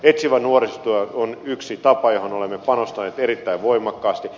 etsivä nuorisotyö on yksi tapa johon olemme panostaneet erittäin voimakkaasti